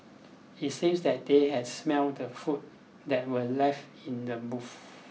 it seems that they had smelt the food that were left in the boot